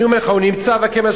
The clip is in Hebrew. אני אומר לך, הוא נמצא רק כמשקיף.